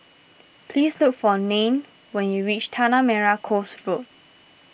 please look for Nanie when you reach Tanah Merah Coast Road